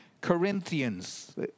Corinthians